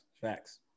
Facts